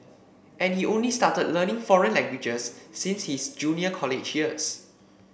and he only started learning foreign languages since his junior college years